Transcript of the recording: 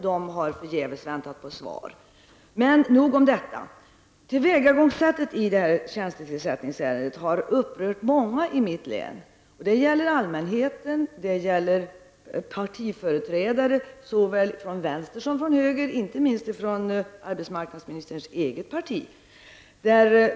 De har förgäves väntat på svar. Men nog om detta. Tillvägagångssättet i det här tjänstetillsättningsärendet har upprört många i mitt län. Det gäller allmänheten och det gäller partiföreträdare såväl från vänster som från höger, inte minst från arbetsmarknadsministerns eget parti.